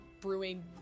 brewing